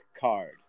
card